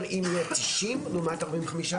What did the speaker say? טוב אם יהיו 90 סנטימטרים לעומת 45 סנטימטרים?